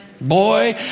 Boy